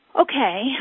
Okay